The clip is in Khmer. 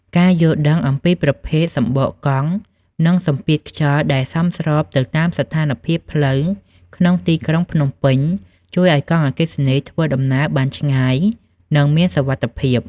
ការយល់ដឹងអំពីប្រភេទសំបកកង់ និងសម្ពាធខ្យល់ដែលសមស្របទៅតាមស្ថានភាពផ្លូវក្នុងទីក្រុងភ្នំពេញ ជួយឱ្យកង់អគ្គិសនីធ្វើដំណើរបានឆ្ងាយ និងមានសុវត្ថិភាព។